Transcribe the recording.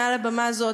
מעל הבמה הזאת,